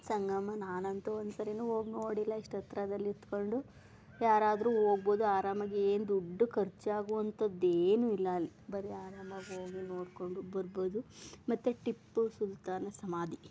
ಸಂಗಮ ನಾನಂತು ಒಂದ್ಸರಿ ಹೋಗ್ ನೋಡಿಲ್ಲ ಇಷ್ಟು ಹತ್ರದಲ್ಲಿದ್ಕೊಂಡು ಯಾರಾದರು ಹೋಗ್ಬೋದು ಆರಾಮಾಗಿ ಏನು ದುಡ್ಡು ಖರ್ಚಾಗುವಂಥದ್ದೇನು ಇಲ್ಲ ಅಲ್ಲಿ ಬರೀ ಆರಾಮಾಗಿ ಹೋಗಿ ನೋಡ್ಕೊಂಡು ಬರ್ಬೋದು ಮತ್ತು ಟಿಪ್ಪು ಸುಲ್ತಾನ ಸಮಾಧಿ